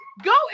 Go